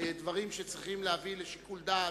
מהדברים שצריכים להביא לשיקול דעת,